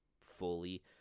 fully